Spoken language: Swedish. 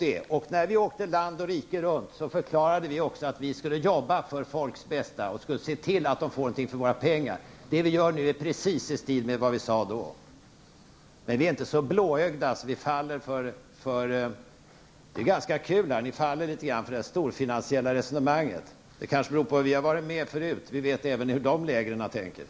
När vi under valrörelsen åkte land och rike runt förklarade vi att vi skulle jobba för folks bästa och se till att de fick någonting för sina pengar. Vad vi nu gör är precis i stil med vad vi sade då. Ni tycks falla för det storfinansiella resonemanget, och det är ju kul. Vi, som har varit med förut, vet hur man tänker i de lägren.